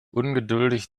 ungeduldig